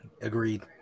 Agreed